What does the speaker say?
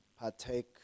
partake